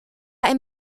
ein